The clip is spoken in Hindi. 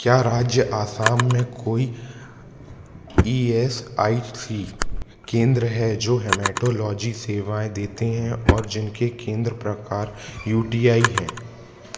क्या राज्य असम में कोई ई एस आई सी केंद्र हैं जो हेमेटोलॉजी सेवाएँ देते हैं और जिनके केंद्र प्रकार यू टी आई हैं